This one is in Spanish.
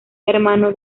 hermano